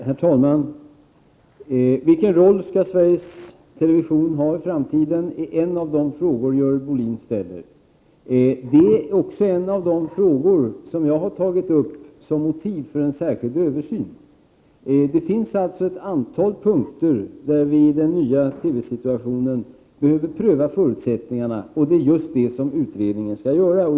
Herr talman! Vilken roll skall Sveriges television ha i framtiden är en av de frågor som Görel Bohlin ställer. Det är också en av de frågor som jag har tagit upp som motiv för en särskild översyn. Det finns alltså ett antal punkter där vi iden nya TV-situationen behöver pröva förutsättningarna, och det är just det som utredningen skall göra.